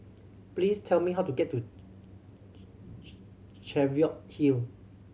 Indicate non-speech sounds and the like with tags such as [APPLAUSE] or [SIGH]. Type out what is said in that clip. please tell me how to get to [UNINTELLIGIBLE] Cheviot Hill